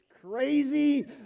crazy